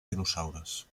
dinosaures